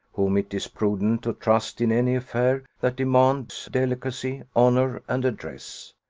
whom it is prudent to trust in any affair that demands delicacy, honour, and address.